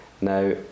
Now